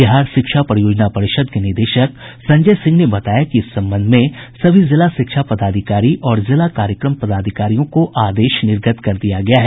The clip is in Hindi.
बिहार शिक्षा परियोजना परिषद के निदेशक संजय सिंह ने बताया कि इस संबंध में सभी जिला शिक्षा पदाधिकारी और जिला कार्यक्रम पदाधिकारियों को आदेश निर्गत कर दिया गया है